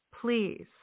please